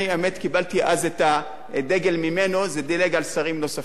קיבלתי אז את הדגל ממנו, זה דילג על שרים נוספים.